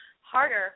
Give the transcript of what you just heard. harder